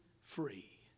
free